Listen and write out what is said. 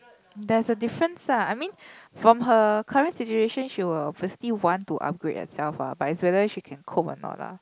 there's a difference ah I mean from her current situation she will firstly want to upgrade herself ah but it's whether she can cope or not lah